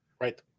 right